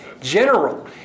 general